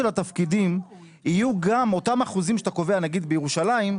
התפקידים שאותם האחוזים שאתה קובע בירושלים,